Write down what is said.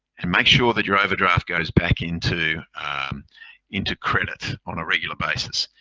and make sure that your overdraft goes back into into credit on a regular basis.